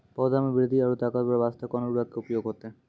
पौधा मे बृद्धि और ताकतवर बास्ते कोन उर्वरक के उपयोग होतै?